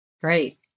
Great